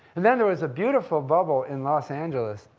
and then, there was a beautiful bubble in los angeles,